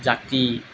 জাতি